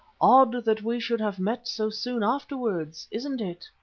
odd that we should have met so soon afterwards, isn't it?